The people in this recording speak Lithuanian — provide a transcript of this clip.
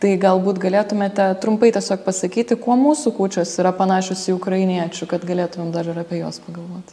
tai galbūt galėtumėte trumpai tiesiog pasakyti kuo mūsų kūčios yra panašios į ukrainiečių kad galėtumėm dar ir apie juos pagalvot